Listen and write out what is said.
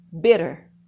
bitter